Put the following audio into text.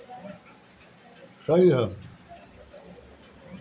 साग वाला फसल के कीड़ा सब पतइ के छेद कर देत बाने सन